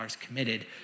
committed